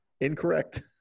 incorrect